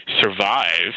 survive